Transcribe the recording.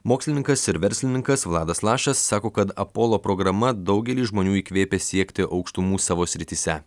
mokslininkas ir verslininkas vladas lašas sako kad apolo programa daugelį žmonių įkvėpė siekti aukštumų savo srityse